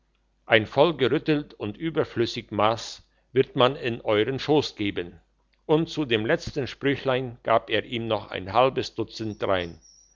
ein voll gerüttelt und überflüssig mass wird man in euern schoss geben und zu dem letzten sprüchlein gab er ihm noch ein halbes dutzend drein